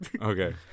Okay